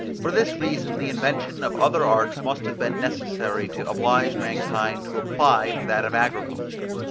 for this reason the invention of other arts must have been necessary to oblige mankind to apply to that of agriculture.